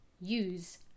use